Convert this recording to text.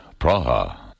Praha